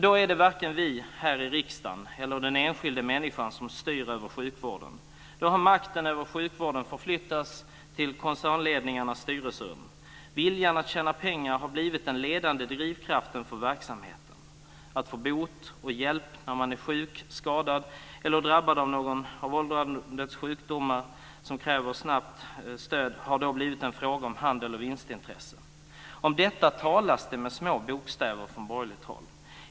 Då är det varken vi här i riksdagen eller den enskilda människan som styr över sjukvården, utan då har makten över sjukvården förflyttats till koncernledningarnas styrelserum. Viljan att tjäna pengar har blivit den ledande drivkraften för verksamheten. Att få bot och hjälp när man är sjuk, skadad eller drabbad av någon av åldrandets sjukdomar som snabbt kräver stöd har då blivit en fråga om handel och vinstintresse. Om detta talas det med små bokstäver från borgerligt håll.